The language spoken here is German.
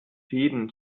fäden